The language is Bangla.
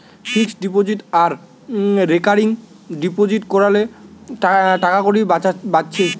ফিক্সড ডিপোজিট আর রেকারিং ডিপোজিট কোরলে টাকাকড়ি বাঁচছে